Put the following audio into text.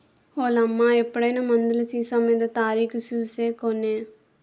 ఓలమ్మా ఎప్పుడైనా మందులు సీసామీద తారీకు సూసి కొనే